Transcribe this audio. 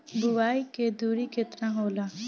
बुआई के दूरी केतना होला?